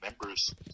members